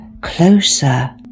Closer